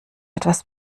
etwas